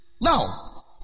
Now